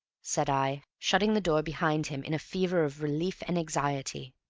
said i, shutting the door behind him in a fever of relief and anxiety.